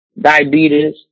diabetes